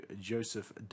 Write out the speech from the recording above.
Joseph